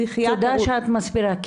תודה שאת מסבירה.